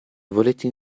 volete